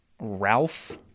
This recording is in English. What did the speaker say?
Ralph